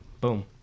boom